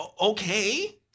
Okay